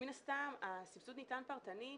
מן הסתם הסבסוד ניתן פרטנית